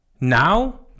now